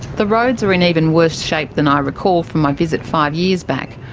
the roads are in even worse shape than i recall from my visit five years back.